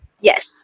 Yes